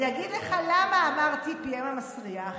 אני אגיד לך למה אמרתי "פיהם המסריח".